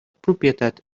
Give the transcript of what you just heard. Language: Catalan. propietat